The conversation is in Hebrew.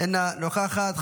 אינה נוכחת,